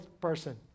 person